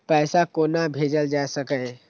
पैसा कोना भैजल जाय सके ये